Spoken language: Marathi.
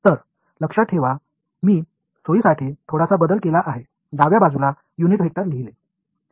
तर लक्षात ठेवा मी सोयीसाठी थोडासा बदल केला आहे डाव्या बाजूला युनिट वेक्टर लिहिले